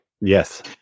yes